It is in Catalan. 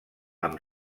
amb